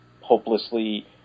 hopelessly